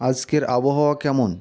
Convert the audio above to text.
আজকের আবহাওয়া কেমন